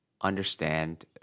understand